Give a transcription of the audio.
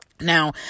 Now